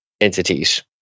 entities